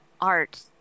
art